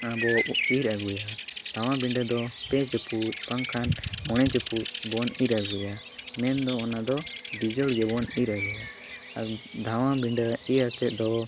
ᱟᱨ ᱵᱚ ᱤᱨᱻ ᱟᱹᱜᱩᱭᱟ ᱫᱷᱟᱶᱟ ᱵᱤᱰᱟᱹ ᱫᱚ ᱯᱮ ᱪᱩᱯᱩᱫ ᱵᱟᱝᱠᱷᱟᱱ ᱢᱚᱬᱮ ᱪᱩᱯᱩᱫ ᱵᱚᱱ ᱤᱨᱻ ᱟᱹᱜᱩᱭᱟ ᱢᱮᱱ ᱫᱚ ᱚᱱᱟ ᱫᱚ ᱵᱤᱡᱳᱲ ᱜᱮᱵᱚᱱ ᱤᱨᱻ ᱟᱹᱜᱩᱭᱟ ᱟᱨ ᱫᱷᱟᱣᱟ ᱵᱤᱸᱰᱟᱹ ᱤᱨᱻ ᱟᱛᱮᱫ ᱫᱚ